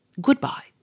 Goodbye